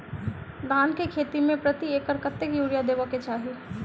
धान केँ खेती मे प्रति एकड़ कतेक यूरिया देब केँ चाहि?